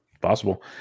possible